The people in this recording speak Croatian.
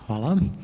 Hvala.